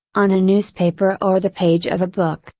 on a newspaper or the page of a book,